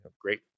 great